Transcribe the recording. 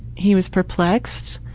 he was perplexed.